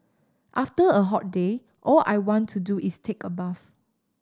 after a hot day all I want to do is take a bath